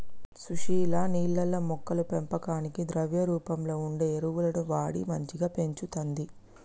సుశీల నీళ్లల్లో మొక్కల పెంపకానికి ద్రవ రూపంలో వుండే ఎరువులు వాడి మంచిగ పెంచుతంది